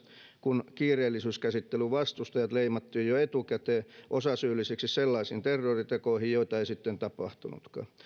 kun kiireellisyyskäsittelyn vastustajat leimattiin jo jo etukäteen osasyyllisiksi sellaisiin terroritekoihin joita ei sitten tapahtunutkaan